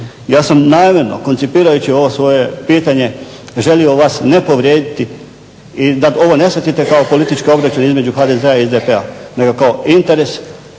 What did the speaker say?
Ja sam namjerno, koncipirajući ovo svoje pitanje, želio vas ne povrijediti i da ovo ne shvatite kao političke obračune između HDZ-a i SDP-a nego kao interes